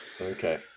okay